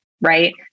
right